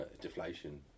deflation